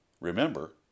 Remember